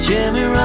Jimmy